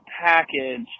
package